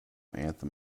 anthem